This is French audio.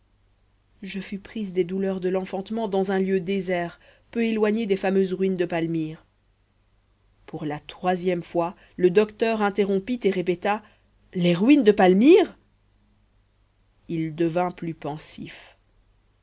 je fus prise des douleurs de l'enfantement dans un lieu désert peu éloigné des fameuses ruines de palmyre pour la troisième fois le docteur interrompit et répéta les ruines de palmyre il devint plus pensif